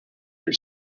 your